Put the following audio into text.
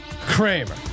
Kramer